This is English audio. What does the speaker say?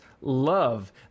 love